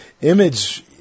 image